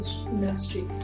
industry